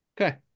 Okay